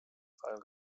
fall